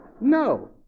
No